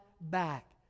back